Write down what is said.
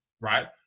right